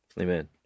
Amen